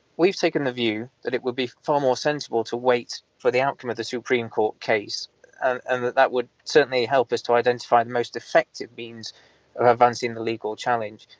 we've taken the view that it would be far more sensible to wait for the outcome of the supreme court case and that that would certainly help us to identify the most effective means of advancing the legal challenge.